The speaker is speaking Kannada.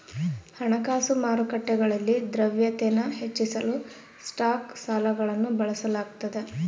ಹಣಕಾಸು ಮಾರುಕಟ್ಟೆಗಳಲ್ಲಿ ದ್ರವ್ಯತೆನ ಹೆಚ್ಚಿಸಲು ಸ್ಟಾಕ್ ಸಾಲಗಳನ್ನು ಬಳಸಲಾಗ್ತದ